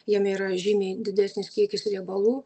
jame yra žymiai didesnis kiekis riebalų